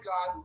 God